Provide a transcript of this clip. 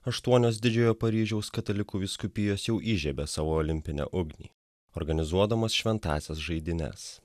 aštuonios didžiojo paryžiaus katalikų vyskupijos jau įžiebė savo olimpinę ugnį organizuodamas šventąsias žaidynes